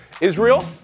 Israel